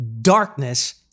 darkness